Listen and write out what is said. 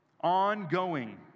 Ongoing